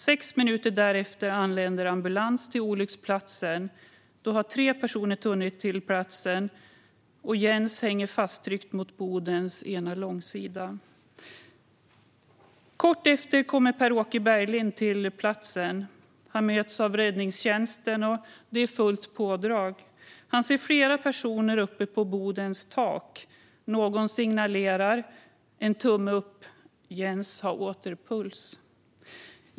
Sex minuter därefter anländer ambulans till olycksplatsen. Då har tre personer hunnit till platsen. Jens hänger fasttryckt mot bodens ena långsida. Kort därefter kommer Pär-Åke Berglind till platsen. Han möts av räddningstjänsten. Det är fullt pådrag. Han ser flera personer uppe på bodens tak. Någon signalerar med en tumme upp. Jens har åter puls.